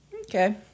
Okay